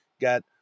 got